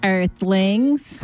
Earthlings